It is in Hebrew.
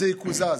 זה יקוזז.